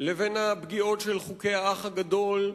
ובין הפגיעות של חוקי "האח הגדול"